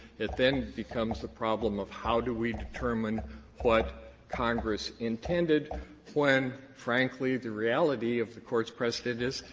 it then becomes the problem of how do we determine what congress intended when, frankly, the reality of the court's precedent is,